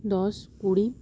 ᱫᱚᱥ ᱠᱩᱲᱤ